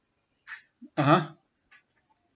(uh huh)